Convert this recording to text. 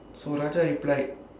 so after I applied